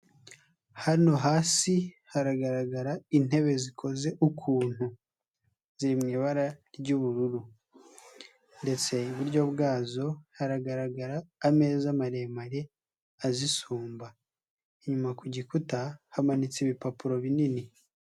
Hano hasi haragaragara intebe zikoze ukuntu. Ziri mu ibara ry'ubururu ndetse iburyo bwazo haragaragara ameza maremare azisumba. Inyuma ku gikuta hamanitse ibipapuro binini.